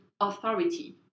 authority